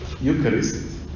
Eucharist